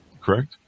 correct